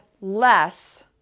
less